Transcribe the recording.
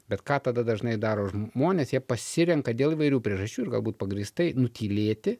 bet ką tada dažnai daro žmonės jie pasirenka dėl įvairių priežasčių ir galbūt pagrįstai nutylėti